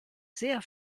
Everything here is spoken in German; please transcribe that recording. sehr